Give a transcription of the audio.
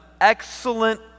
excellent